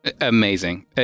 Amazing